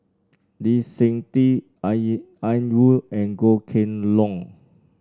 Lee Seng Tee Ian Woo and Goh Kheng Long